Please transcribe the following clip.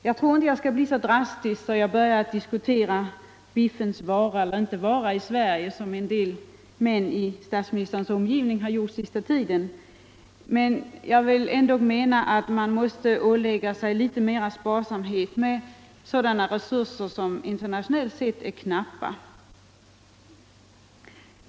Jag tror inte jag bör bli så drastisk att jag börjar diskutera biffens vara eller inte vara i Sverige, som en del män i statsministerns omgivning har gjort på den senaste tiden, men jag anser ändå att man bör ålägga sig litet större sparsamhet med sådana resurser som internationellt sett är knappa.